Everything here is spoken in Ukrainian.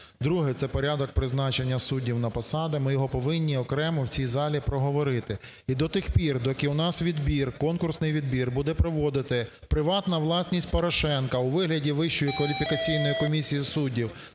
Друге – це порядок призначення суддів на посади, ми його повинні окремо в цій залі проговорити. І до тих пір, доки у нас відбір, конкурсний відбір буде проводити приватна власність Порошенка у вигляді Вищої кваліфікаційної комісії суддів